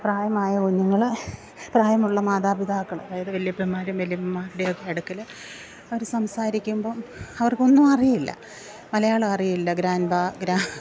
പ്രായമായ കുഞ്ഞുങ്ങള് പ്രായമുള്ള മാതാപിതാക്കള് അതായത് വല്യപ്പന്മാരും വല്യമ്മമാരുടെയൊക്കെ അടുക്കല് അവര് സംസാരിക്കുമ്പോള് അവർക്ക് ഒന്നും അറിയില്ല മലയാളം അറിയില്ല ഗ്രാൻഡ് പാ ഗ്രാ